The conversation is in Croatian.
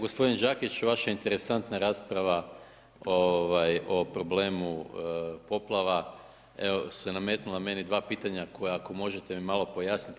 Gospodin Đakić, vaša interesantna rasprava o problemu poplava evo se nametnula meni dva pitanja koja ako možete mi malo pojasniti.